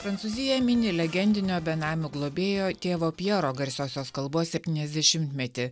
prancūzija mini legendinio benamių globėjo tėvo pjero garsiosios kalbos septyniasdešimtmetį